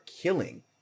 killing